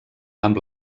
amb